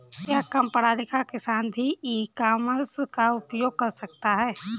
क्या कम पढ़ा लिखा किसान भी ई कॉमर्स का उपयोग कर सकता है?